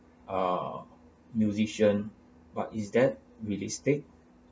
ah musician but is that realistic